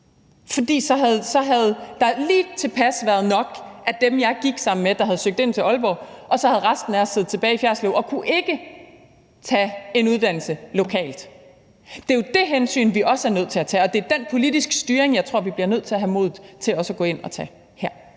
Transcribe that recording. for så havde der været lige tilpas nok af dem, jeg gik sammen med, der havde søgt ind til Aalborg, og så havde resten af os siddet tilbage i Fjerritslev og ikke kunnet tage en uddannelse lokalt. Det er jo det hensyn, vi også er nødt til at tage, og det er den politiske styring, jeg tror vi bliver nødt til at have modet til også at gå ind og tage her.